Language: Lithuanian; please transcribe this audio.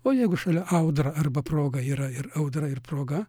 o jeigu šalia audra arba proga yra ir audra ir proga